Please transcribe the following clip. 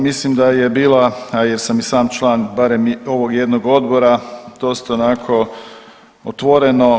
Mislim da je bila, jer sam i sam član barem ovog jednog odbora dosta onako otvoreno.